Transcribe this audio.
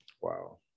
Wow